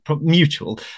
mutual